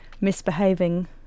misbehaving